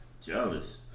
Jealous